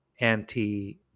anti